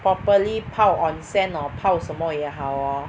properly 泡 onsen or 泡什么也好 orh